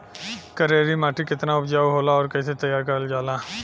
करेली माटी कितना उपजाऊ होला और कैसे तैयार करल जाला?